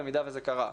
במידה וזה קרה,